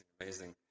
amazing